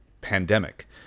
Pandemic